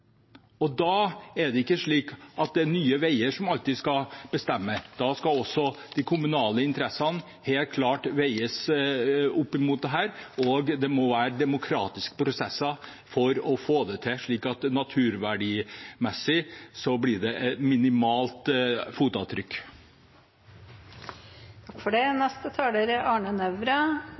Da er det ikke slik at det er Nye Veier som alltid skal bestemme. Da skal også de kommunale interessene helt klart veies opp mot dette, og det må være demokratiske prosesser for å få det til, slik at det naturverdimessig blir